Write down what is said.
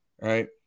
right